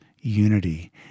unity